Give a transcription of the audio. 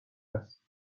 است